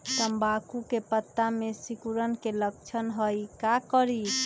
तम्बाकू के पत्ता में सिकुड़न के लक्षण हई का करी?